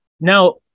Now